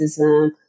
racism